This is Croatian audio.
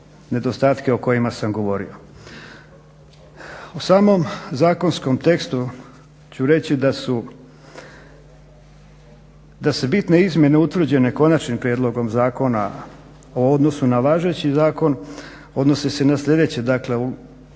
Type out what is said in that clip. nedostatke o kojima sam govorio. O samom zakonskom tekstu ću reći da su, da se bitne izmjene utvrđene konačnim prijedlogom zakona o odnosu na važeći zakon, odnose se na slijedeće, dakle prema